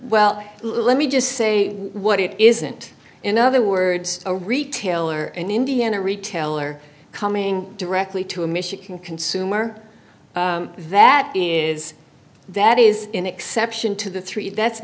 well let me just say what it isn't in other words a retailer and indiana retailer coming directly to a michigan consumer that is that is an exception to the three that's